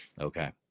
Okay